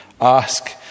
ask